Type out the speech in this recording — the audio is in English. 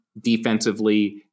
defensively